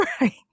Right